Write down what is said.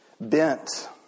bent